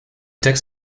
takes